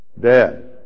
Dead